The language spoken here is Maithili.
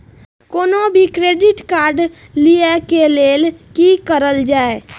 कोनो भी क्रेडिट कार्ड लिए के लेल की करल जाय?